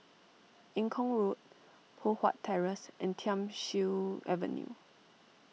Eng Kong Road Poh Huat Terrace and Thiam Siew Avenue